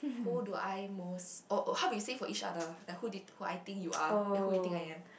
who do I most oh oh how we say it for each other like who did who I think you are and who you think I am